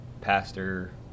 pastor